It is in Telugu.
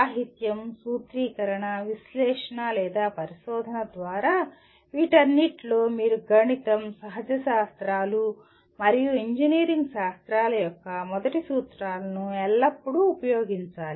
సాహిత్యం సూత్రీకరణ విశ్లేషణ లేదా పరిశోధన ద్వారా వీటన్నిటిలో మీరు గణితం సహజ శాస్త్రాలు మరియు ఇంజనీరింగ్ శాస్త్రాల యొక్క మొదటి సూత్రాలను ఎల్లప్పుడూ ఉపయోగించాలి